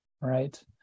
right